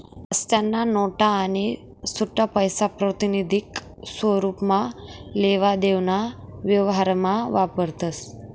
आत्तेन्या नोटा आणि सुट्टापैसा प्रातिनिधिक स्वरुपमा लेवा देवाना व्यवहारमा वापरतस